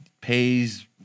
pays –